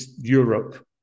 Europe